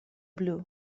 blue